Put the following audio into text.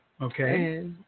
Okay